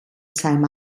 some